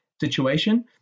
situation